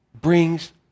brings